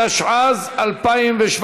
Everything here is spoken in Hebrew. התשע"ז 2017,